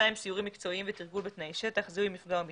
סיורים מקצועיים ותרגול בתנאי שטח זיהוי מפגע או מטרד,